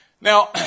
Now